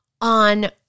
on